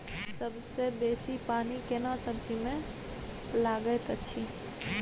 सबसे बेसी पानी केना सब्जी मे लागैत अछि?